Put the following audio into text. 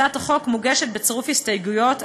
הצעת החוק מוגשת בצירוף הסתייגויות.